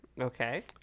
Okay